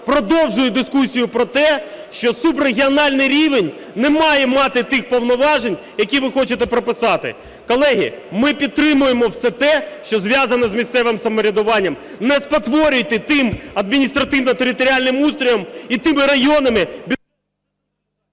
продовжує дискусію про те, що субрегіональний рівень не має мати тих повноважень, які ви хочете прописати. Колеги, ми підтримуємо все те, що зв'язано з місцевим самоврядуванням. Не спотворюйте тим адміністративно-територіальним устроєм і тими районами...